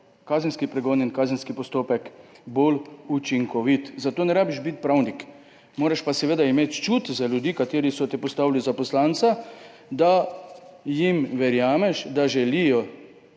kazenski pregon in kazenski postopek bolj učinkovit. Za to ne rabiš biti pravnik, moraš pa seveda imeti čut za ljudi, ki so te postavili za poslanca, da jim verjameš. Ti